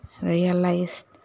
realized